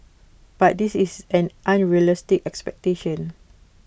but this is an unrealistic expectation